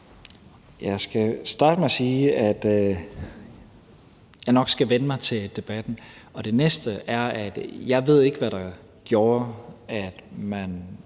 Jeg skal starte med at sige, at jeg nok skal vænne mig til debatten. Og det næste er, at jeg ikke ved, hvad der gjorde, at man